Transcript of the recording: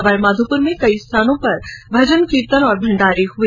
सवाईमाधोपुर में कई स्थानों पर भजन कीर्तन और भण्डारे हुए